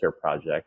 project